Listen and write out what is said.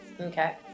okay